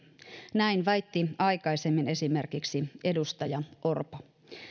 näin väitti aikaisemmin esimerkiksi edustaja orpo